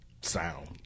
sound